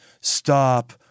stop